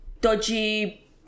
dodgy